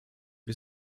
wir